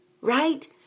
right